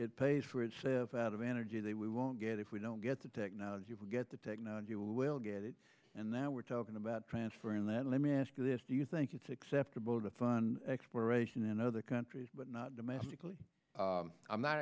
it pays for itself out of energy that we won't get if we don't get the technology will get the technology will get it and now we're talking about transfer and then let me ask you this do you think it's acceptable to fund exploration in other countries but not domestically i'm not